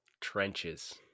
Trenches